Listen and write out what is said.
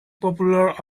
popular